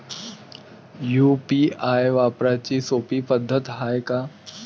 UPI वापराची सोपी पद्धत हाय का?